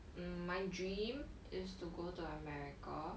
my dream is to go to america